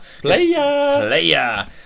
Player